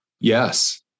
Yes